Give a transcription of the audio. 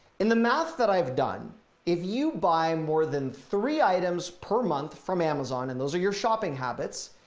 in the math that i've done if you buy more than three items per month from amazon and those are your shopping habits.